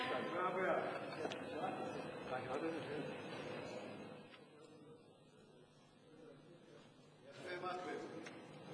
ההצעה להעביר את הצעת חוק הגנת הצרכן (תיקון מס' 34)